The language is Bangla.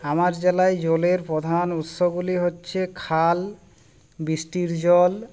আমার জেলায় জলের প্রধান উৎসগুলি হচ্ছে খাল বৃষ্টির জল